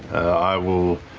i will.